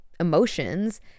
emotions